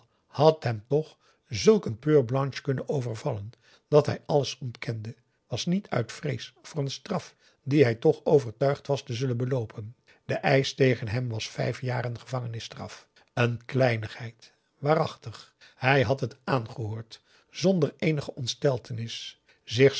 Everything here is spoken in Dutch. had hem toch zulk een p e u r b l a n c h e kunnen overvallen dat hij alles ontkende was niet uit vrees voor een p a daum de van der lindens c s onder ps maurits straf die hij toch overtuigd was te zullen beloopen de eisch tegen hem was vijf jaren gevangenisstraf een kleinigheid waarachtig hij had het aangehoord zonder eenige ontsteltenis